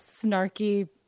snarky